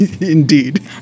indeed